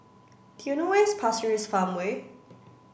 do you know where's Pasir Ris Farmway